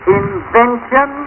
invention